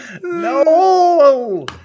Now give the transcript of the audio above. No